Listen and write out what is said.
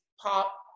pop